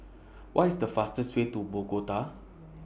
What IS The fastest Way to Bogota